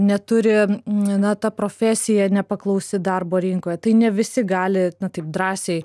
neturi na viena ta profesija nepaklausi darbo rinkoj tai ne visi gali taip drąsiai